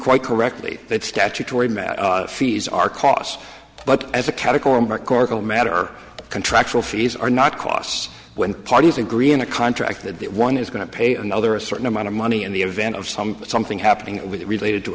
quite correctly that statutory fees are costs but as a category mccorkle matter contractual fees are not costs when parties agree in a contract that one is going to pay another a certain amount of money in the event of some something happening with it related to